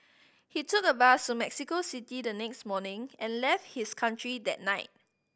he took a bus to Mexico City the next morning and left his country that night